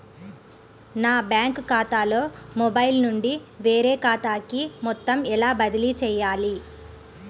నా బ్యాంక్ ఖాతాలో మొబైల్ నుండి వేరే ఖాతాకి మొత్తం ఎలా బదిలీ చేయాలి?